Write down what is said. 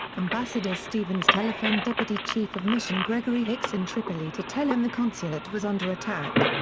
ambassador stevens telephoned deputy chief of mission gregory hicks in tripoli to tell him the consulate was under attack.